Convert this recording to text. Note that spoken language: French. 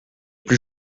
plus